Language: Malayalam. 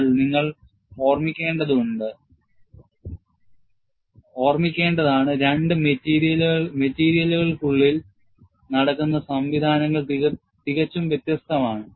എന്നാൽ നിങ്ങൾ ഓർമ്മിക്കേണ്ടതാണ് രണ്ട് മെറ്റീരിയലുകൾക്കുള്ളിൽ നടക്കുന്ന സംവിധാനങ്ങൾ തികച്ചും വ്യത്യസ്തമാണ്